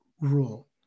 rule